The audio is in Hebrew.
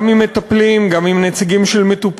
גם עם מטפלים, גם עם נציגים של מטופלים,